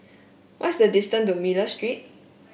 what is the distance to Miller Street